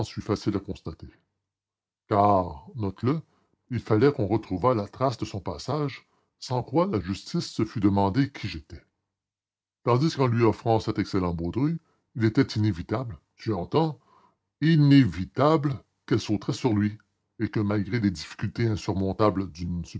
facile à constater car notez le il fallait qu'on retrouvât la trace de son passage sans quoi la justice se fût demandé qui j'étais tandis qu'en lui offrant cet excellent baudru il était inévitable vous entendez inévitable qu'elle sauterait sur lui et que malgré les difficultés insurmontables d'une